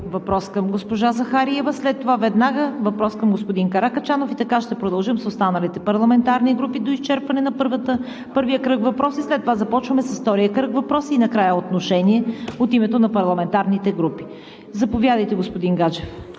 въпрос към госпожа Захариева, веднага след това – въпрос към господин Каракачанов. Така ще продължим с останалите парламентарни групи до изчерпване на първия кръг въпроси. След това започваме с втория кръг въпроси и накрая – отношение от името на парламентарните групи. Заповядайте, господин Гаджев.